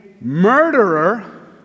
murderer